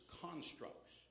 constructs